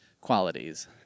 qualities